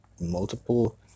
multiple